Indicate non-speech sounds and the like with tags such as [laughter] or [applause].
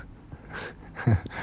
[laughs]